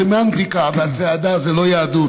הסמנטיקה והצעדה זה לא יהדות.